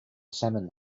salmon